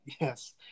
yes